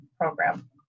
program